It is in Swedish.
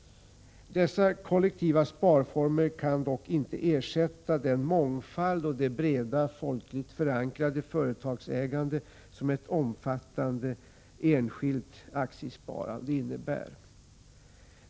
Dessa kollektiva sparformer kan dock inte ersätta den mångfald och det breda, folkligt förankrade företagsägande som ett omfattande enskilt aktiesparande innebär.